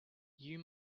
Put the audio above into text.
you